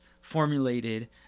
formulated